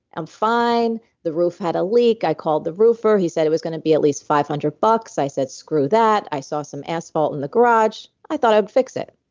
i'm fine. the roof had a leak. i called the roofer. he said it was going to be at least five hundred dollars. i said, screw that i saw some asphalt in the garage. i thought i would fix it.